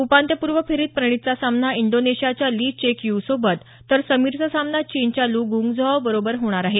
उपान्त्यपूर्व फेरीत प्रणीतचा सामना इंडोनेशियाच्या ली चेक यियू सोबत तर समीरचा सामना चीनच्या लू गुआंगझू बरोबर होणार आहे